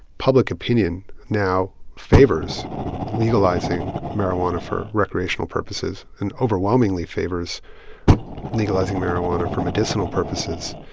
public opinion now favors legalizing marijuana for recreational purposes and overwhelmingly favors legalizing marijuana for medicinal purposes.